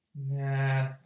Nah